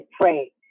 pray